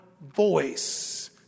voice